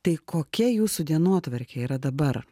tai kokia jūsų dienotvarkė yra dabar